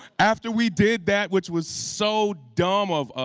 after we did that, which was so dumb of us,